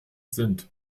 sind